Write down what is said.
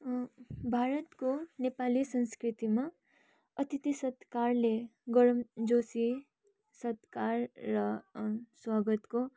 भारतको नेपाली संस्कृतिमा अतिथि सत्कारले गरम जोसिए सत्कार र स्वागतको